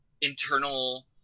internal